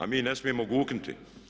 A mi ne smijemo guknuti.